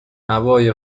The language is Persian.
هوای